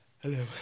Hello